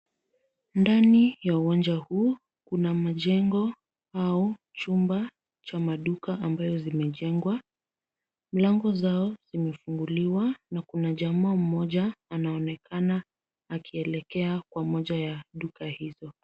Ndani ya uwanja huu kuna majengo au chumba cha maduka ambayo zimejengwa. Mlango zao zimefunguliwa na kuna jamaa mmoja anaonekana akielekea kwa moja ya duka hizo.